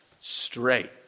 straight